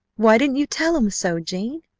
why didn't you tell em so, jane?